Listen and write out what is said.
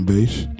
Base